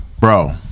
Bro